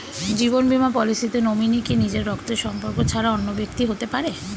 জীবন বীমা পলিসিতে নমিনি কি নিজের রক্তের সম্পর্ক ছাড়া অন্য ব্যক্তি হতে পারে?